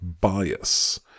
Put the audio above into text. bias